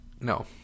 no